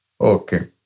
Okay